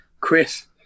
Chris